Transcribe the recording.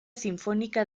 sinfónica